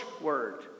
word